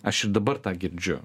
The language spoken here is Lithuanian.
aš ir dabar tą girdžiu